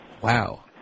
Wow